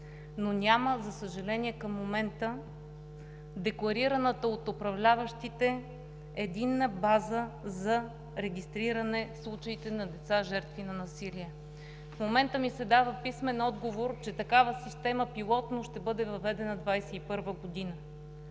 децата. За съжаление, към момента няма декларирана от управляващите единна база за регистриране на случаите на деца, жертви на насилие. В момента ми се дава писмен отговор, че такава система пилотно ще бъде въведена през 2021 г.